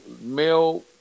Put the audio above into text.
male